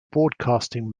broadcasting